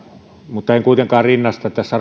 mutta en kuitenkaan rinnasta tässä